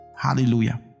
Hallelujah